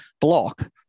block